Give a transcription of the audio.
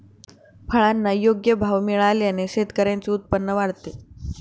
फळांना योग्य भाव मिळाल्याने शेतकऱ्यांचे उत्पन्न वाढते